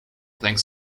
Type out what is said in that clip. thanks